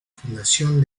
fundación